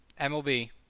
MLB